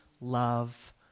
Love